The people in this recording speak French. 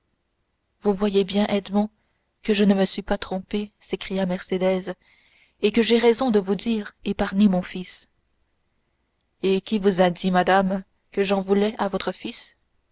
vous voyez bien edmond que je ne me suis pas trompée s'écria mercédès et que j'ai raison de vous dire épargnez mon fils et qui vous a dit madame que j'en voulais à votre fils